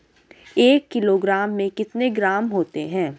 एक किलोग्राम में कितने ग्राम होते हैं?